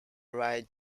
ryde